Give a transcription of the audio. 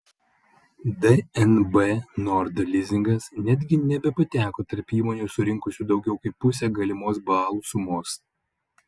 dnb nord lizingas netgi nebepateko tarp įmonių surinkusių daugiau kaip pusę galimos balų sumos